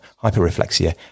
hyperreflexia